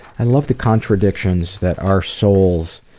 and love the contradictions that our souls